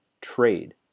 trade